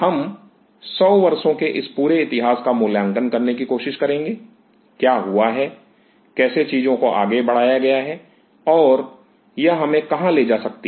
हम 100 वर्षों के इस पूरे इतिहास का मूल्यांकन करने की कोशिश करेंगे क्या हुआ है कैसे चीजों को आगे बढ़ाया गया है और यह हमें कहां ले जा सकती है